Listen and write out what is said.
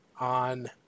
on